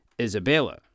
Isabella